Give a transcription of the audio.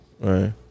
Right